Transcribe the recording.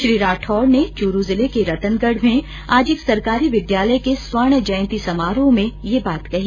श्री राठौड़ ने चुरू जिले के रतनगढ़ में आज एक सरकारी विद्यालय के स्वर्ण जयंती समारोह में ये बात कहीं